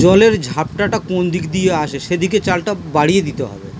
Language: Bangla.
জলের ঝাপটাটা কোন দিক দিয়ে আসে সেদিকে চালটা বাড়িয়ে দিতে হবে